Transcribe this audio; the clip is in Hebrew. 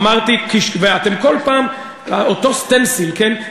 אדוני היושב-ראש, ואתם כל פעם אותו סטנסיל, כן?